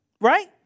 right